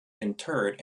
interred